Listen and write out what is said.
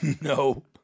No